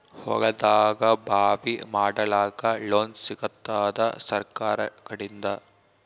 ಹೊಲದಾಗಬಾವಿ ಮಾಡಲಾಕ ಲೋನ್ ಸಿಗತ್ತಾದ ಸರ್ಕಾರಕಡಿಂದ?